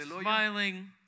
smiling